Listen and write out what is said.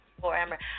forever